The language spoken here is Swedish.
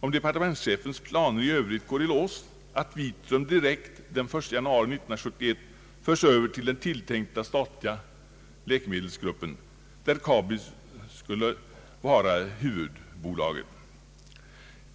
om departementschefens planer i övrigt går i lås, att Vitrum direkt den 1 januari 1971 förs över till den tilltänkta statliga läkemedelsgruppen där Kabi skulle vara huvudbolag.